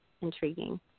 intriguing